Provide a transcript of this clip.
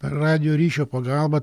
radijo ryšio pagalba